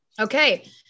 Okay